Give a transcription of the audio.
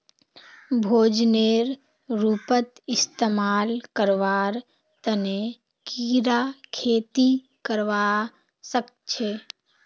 भोजनेर रूपत इस्तमाल करवार तने कीरा खेती करवा सख छे